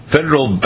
Federal